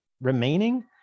remaining